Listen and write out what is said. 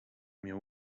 mnie